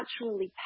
naturally